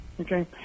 Okay